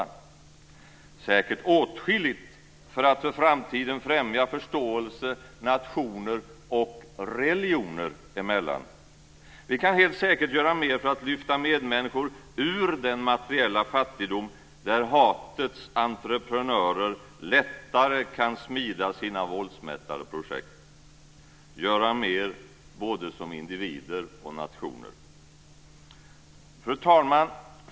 Vi kan säkert göra åtskilligt för att inför framtiden främja förståelse nationer och religioner emellan. Vi kan helt säkert göra mer för att lyfta medmänniskor ur den materiella fattigdom där hatets entreprenörer lättare kan smida sina våldsmättade projekt. Vi kan göra mer både som individer och som nationer. Fru talman!